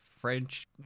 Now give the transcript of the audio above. French